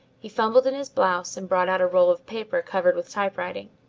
he fumbled in his blouse and brought out a roll of paper covered with typewriting.